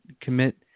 commit